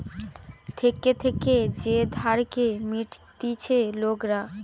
থেকে থেকে যে ধারকে মিটতিছে লোকরা